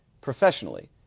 Professionally